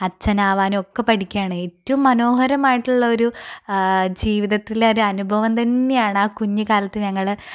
അച്ഛൻ ആവാനും ഒക്കെ പഠിക്കുകറ്റയാണ് ഏറ്റവും മനോഹരമായിട്ടുള്ള ഒരു ജീവിതത്തിലെ ഒരു അനുഭവം തന്നെയാണ് അ കുഞ്ഞു കാലത്ത് ഞങ്ങൾ